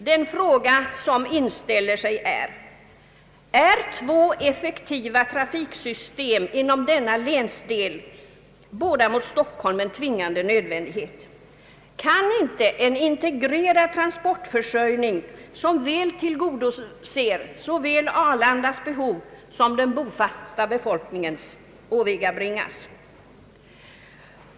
Den fråga som inställer sig är: Är två effektiva trafiksystem inom denna länsdel, båda mot Stockholm, en tvingande nödvändighet? Kan inte en integrerad transportförsörjning som väl tillgodoser såväl Arlandas behov som den bofasta befolkningens åvägabringas?